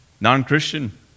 non-Christian